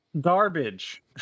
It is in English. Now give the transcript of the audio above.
Garbage